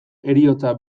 heriotza